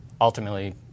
ultimately